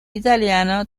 italiano